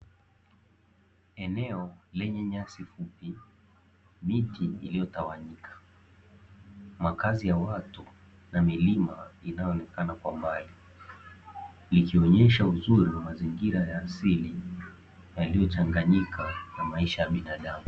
Eneo lenye nyasi fupi, miti iliyotawanyika, makazi ya watu na milima inayoonekana kwa mbali. Likionyesha uzuri wa mazingira ya asili yaliyochanganyika na maisha ya binadamu.